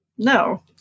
No